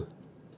ice cream apa